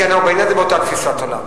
כי בעניין הזה אנחנו באותה תפיסת עולם.